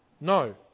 No